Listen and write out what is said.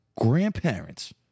grandparents